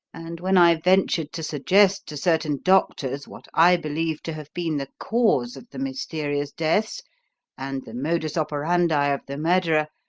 and when i ventured to suggest to certain doctors what i believed to have been the cause of the mysterious deaths and the modus operandi of the murderer,